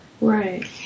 Right